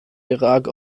irak